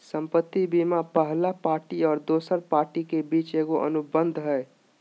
संपत्ति बीमा पहला पार्टी और दोसर पार्टी के बीच एगो अनुबंध हइ